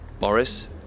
Morris